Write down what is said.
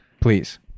please